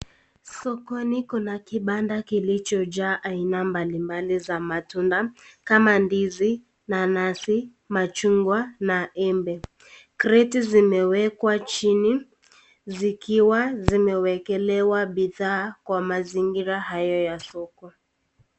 Sokoni kuna kibanda kilicho jaa aina mbalimbali za matunda kama ndizi, nanasi, machungwa na embe. Kreti zimewekwa chini zikiwa zimewekelewa bidhaa kwa mazingira hayo ya soko